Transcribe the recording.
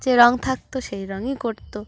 যে রং থাকতো সেই রঙই করতো